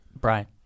Brian